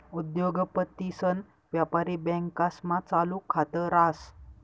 उद्योगपतीसन व्यापारी बँकास्मा चालू खात रास